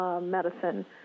medicine